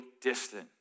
distant